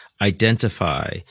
identify